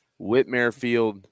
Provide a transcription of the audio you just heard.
Whitmerfield